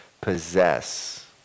possess